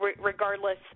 regardless